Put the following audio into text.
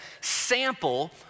sample